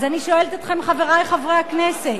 אז אני שואלת אתכם, חברי חברי הכנסת,